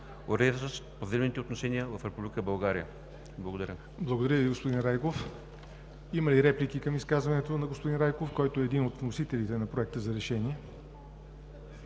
уреждащ поземлените отношения в Република България. Благодаря. ПРЕДСЕДАТЕЛ ЯВОР НОТЕВ: Благодаря Ви, господин Райков. Има ли реплики към изказването на господин Райков, който е един от вносителите на Проекта за решение?